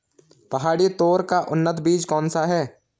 पहाड़ी तोर का उन्नत बीज कौन सा है?